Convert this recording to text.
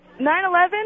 9-11